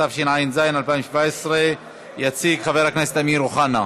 התשע"ז 2017. יציג חבר הכנסת אמיר אוחנה,